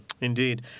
Indeed